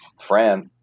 Fran